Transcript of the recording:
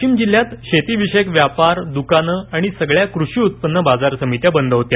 वाशिम जिल्ह्यात शेतीविषयक व्यापार दुकानं आणि सर्व कृषी उत्पन्न बाजार समित्या बंद होत्या